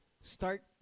start